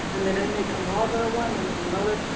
and then i make another one and another.